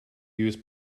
use